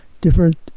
different